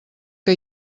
que